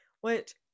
Which-